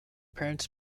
parents